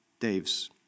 Dave's